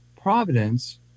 providence